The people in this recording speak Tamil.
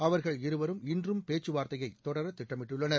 அவர்கள் இருவரும் இன்றும் பேச்சுவார்த்தை தொடர திட்டமிட்டுள்ளனர்